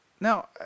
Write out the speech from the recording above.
Now